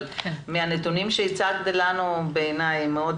אבל הנתונים שהצגת לנו בעיני הם מאוד